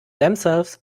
themselves